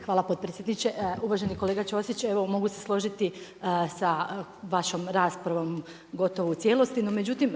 Hvala potpredsjedniče. Uvaženi kolega Ćosić, evo mogu se složiti sa vašom raspravom, gotovo u cijelosti, no međutim